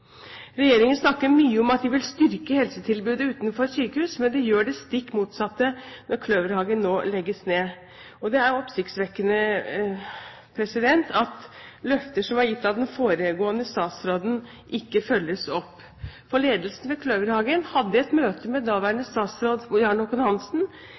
Regjeringen snakker mye om at den vil styrke helsetilbudet utenfor sykehus, men den gjør det stikk motsatte når Kløverhagen nå legges ned. Det er oppsiktsvekkende at løfter som er gitt av den foregående statsråden, ikke følges opp. Ledelsen ved Kløverhagen hadde et møte med